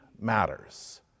matters